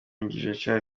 richard